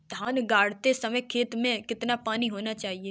धान गाड़ते समय खेत में कितना पानी होना चाहिए?